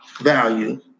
value